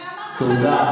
הרי אמרת שאני, תודה.